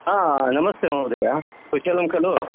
ह नमस्ते महोदय कुशलं खलु